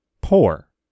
poor